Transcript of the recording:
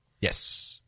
Yes